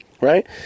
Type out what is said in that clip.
right